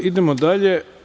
Idemo dalje.